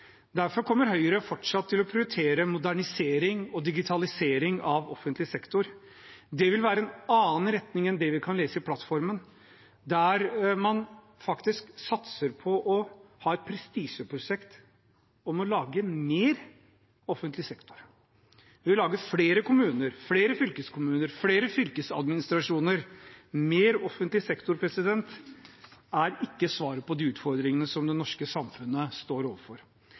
Derfor kommer Høyre fortsatt til å prioritere modernisering og digitalisering av offentlig sektor. Det vil være en annen retning enn det vi kan lese i plattformen, der man faktisk satser på å ha et prestisjeprosjekt om å lage mer offentlig sektor, lage flere kommuner, flere fylkeskommuner, flere fylkesadministrasjoner. Mer offentlig sektor er ikke svaret på de utfordringene som det norske samfunnet står overfor.